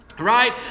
Right